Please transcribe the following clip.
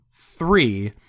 Three